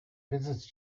visits